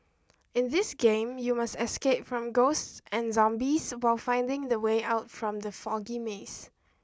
in this game you must escape from ghosts and zombies while finding the way out from the foggy maze